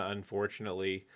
Unfortunately